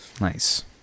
Nice